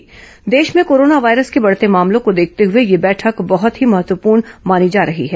ल्डा देश में corona virus के बढ़ते मामलों को देखते हुए यह बैठक बहुत ही महत्वपूर्ण मानी जा रही है